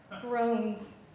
groans